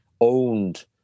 owned